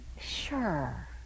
sure